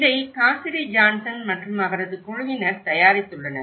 இதை Cassidy Johnson மற்றும் அவரது குழுவினர் தயாரித்துள்ளனர்